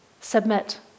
Submit